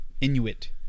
Inuit